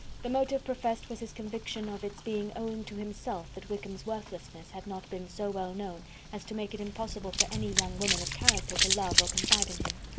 the motive professed was his conviction of its being owing to himself that wickham's worthlessness had not been so well known as to make it impossible for any young woman of character to love or confide in him.